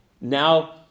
now